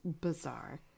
bizarre